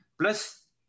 Plus